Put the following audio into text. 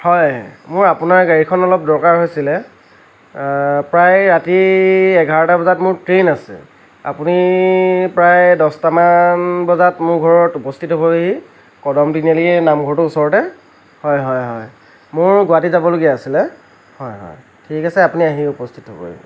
হয় মোৰ আপোনাৰ গাড়ীখন অলপ দৰকাৰ হৈছিলে প্ৰায় ৰাতি এঘাৰটা বজাত মোৰ ট্ৰেইন আছে আপুনি প্ৰায় দহটামান বজাত মোৰ ঘৰত উপস্থিত হ'বহি কদম তিনিআলিৰ এই নামঘৰটোৰ ওচৰতে হয় হয় হয় মোৰ গুৱাহাটী যাবলগীয়া আছিলে ঠিক আছে আপুনি উপস্থিত হ'বহি